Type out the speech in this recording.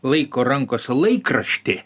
laiko rankose laikraštį